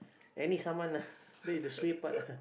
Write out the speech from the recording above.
any saman lah the the suay part ah